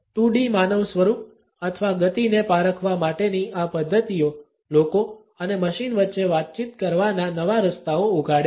2D માનવ સ્વરૂપ અથવા ગતિને પારખવા માટેની આ પદ્ધતિઓ લોકો અને મશીન વચ્ચે વાતચીત કરવાના નવા રસ્તાઓ ઉઘાડે છે